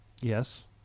Yes